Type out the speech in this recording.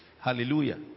Hallelujah